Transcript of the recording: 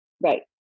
Right